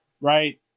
Right